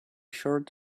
shirt